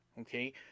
okay